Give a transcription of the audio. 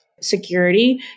Security